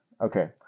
okay